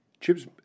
chips